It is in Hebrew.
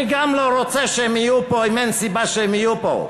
גם אני לא רוצה שהם יהיו פה אם אין סיבה שהם יהיו פה.